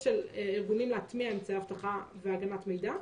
של ארגונים להטמיע אמצעי אבטחה והגנת מידע.